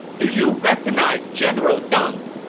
do you recognize general deng!